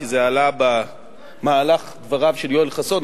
כי זה עלה במהלך דבריו של יואל חסון,